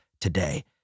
today